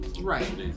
Right